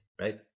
right